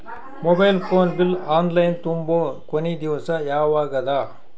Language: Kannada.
Mobile phone bill online ತುಂಬೊ ಕೊನಿ ದಿವಸ ಯಾವಗದ?